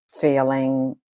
feeling